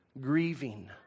grieving